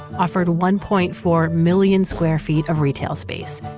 offered one point four million square feet of retail space,